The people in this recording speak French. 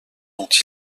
dont